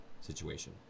situation